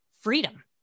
freedom